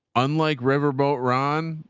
unlike riverboat, ron,